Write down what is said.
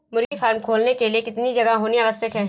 मुर्गी फार्म खोलने के लिए कितनी जगह होनी आवश्यक है?